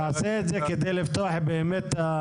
תכנית אב למרחב הכפרי זה התכנית --- תיכף אני אתייחס באופן מסודר.